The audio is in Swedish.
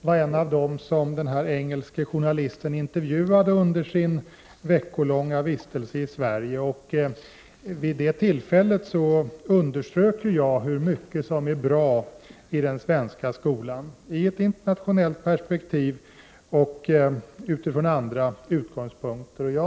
var en av dem som den engelske journalisten intervjuade under sin veckolånga vistelse i Sverige. Vid det tillfället underströk jag att mycket är bra i den svenska skolan, såväl i ett internationellt perspektiv som utifrån andra utgångspunkter.